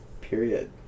Period